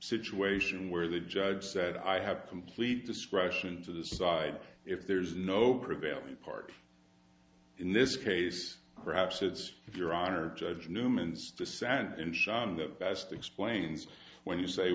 situation where the judge said i have complete discretion to decide if there's no prevailing party in this case perhaps it's your honor judge newman's this and that best explains when you say